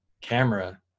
camera